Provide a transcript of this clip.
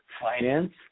finance